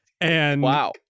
Wow